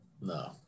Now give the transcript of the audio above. No